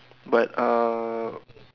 but uh